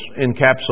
encapsulated